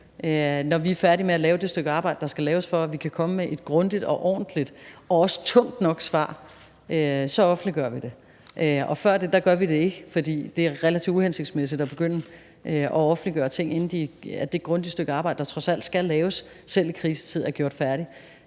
Når vi er færdige med at lave det stykke arbejde, der skal laves for, at vi kan komme med et grundigt og ordentlig og også tungt nok svar, så offentliggør vi det. Og vi gør det ikke før det, fordi det er relativt uhensigtsmæssigt at begynde at offentliggøre ting, inden det grundige stykke arbejde, der trods alt – selv i en krisetid – skal laves, er gjort færdigt.